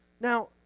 Now